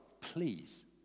please